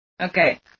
okay